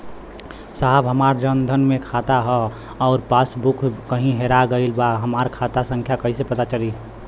साहब हमार जन धन मे खाता ह अउर पास बुक कहीं हेरा गईल बा हमार खाता संख्या कईसे पता चली?